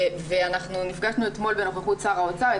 --- ואנחנו נפגשנו אתמול בנוכחות שר האוצר,